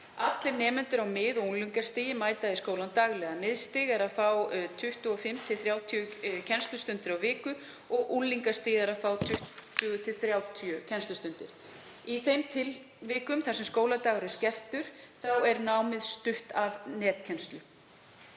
Allir nemendur á mið- og unglingastigi mæta í skóla daglega. Miðstig fær 25–30 kennslustundir á viku og unglingastigið fær 20–30 kennslustundir. Í þeim tilvikum þar sem skóladagur er skertur er námið stutt af netkennslu.